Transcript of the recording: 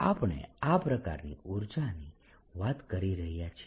આપણે આ પ્રકારની ઉર્જાની વાત કરી રહયા છીએ